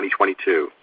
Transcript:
2022